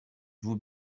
vous